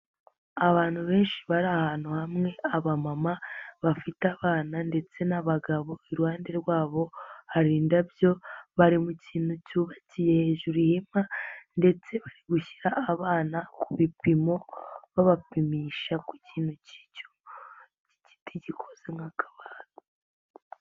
Abantu benshi bari ahantu hamwe, abamama bafite abana ndetse n'abagabo, iruhande rwabo hari indabyo, bari mu kintu cyubakiye hejuru ihema ndetse bari gushyira abana ku bipimo, babapimisha ku kintu cy'icyo cy'igiti gikoze nk'akabati.